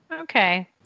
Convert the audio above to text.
Okay